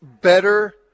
better